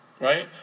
Right